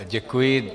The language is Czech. Děkuji.